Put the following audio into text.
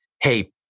hey